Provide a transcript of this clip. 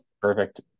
Perfect